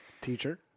Teacher